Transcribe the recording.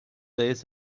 days